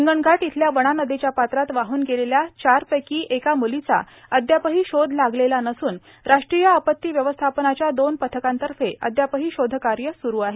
हिंगणघाट इथल्या वणा नदीच्या पात्रात वाहन गेलेल्या चारपैकी एका मुलीचा अदयापही शोध लागलेला नसून राष्ट्रीय आपती व्यवस्थापनाच्या दोन पथकांतर्फे अदयापही शोधकार्य सुरू आहे